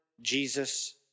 Jesus